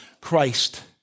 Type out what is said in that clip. Christ